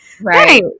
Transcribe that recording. right